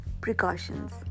Precautions